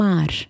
Mar